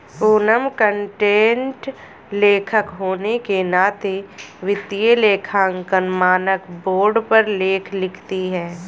Poonam content लेखक होने के नाते वित्तीय लेखांकन मानक बोर्ड पर लेख लिखती है